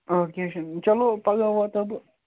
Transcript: آ کیٚنٛہہ چھُنہٕ چلو پَگَاہ واتو بہٕ